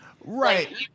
Right